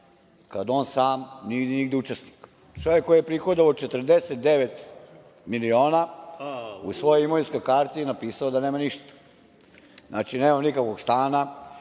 kada on sam nije nigde učestvovao? Čovek koji je prihodovao 49 miliona u svojoj imovinskoj karti je napisao da nema ništa. Znači, nemam nikakvog stana